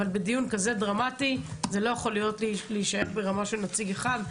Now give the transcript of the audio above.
אבל בדיון כזה דרמטי זה לא יכול להישאר ברמה של נציג אחד.